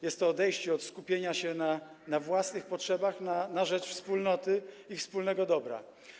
Jest to odejście od skupienia się na własnych potrzebach na rzecz wspólnoty i wspólnego dobra.